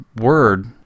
word